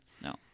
No